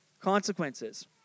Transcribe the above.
consequences